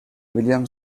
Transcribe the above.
william